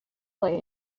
play